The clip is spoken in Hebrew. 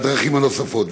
והדרכים הנוספות.